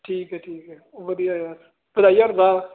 ਠੀਕ ਹੈ ਠੀਕ ਹੈ ਓ ਵਧੀਆ ਯਾਰ